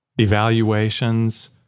evaluations